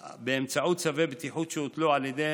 באמצעות צווי בטיחות שהוטלו על ידי